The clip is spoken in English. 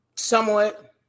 Somewhat